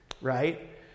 right